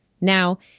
Now